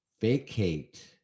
vacate